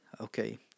okay